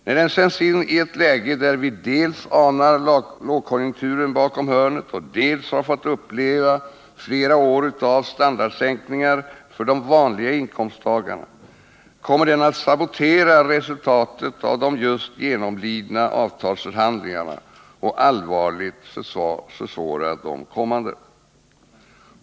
När den sätts in i ett läge då vi dels anar lågkonjunkturen bakom hörnet och dels har fått uppleva flera år av standardsänkningar för de vanliga inkomsttagarna, kommer den att sabotera resultatet av de just genomlidna avtalsförhandlingarna och allvarligt försvåra de kommande.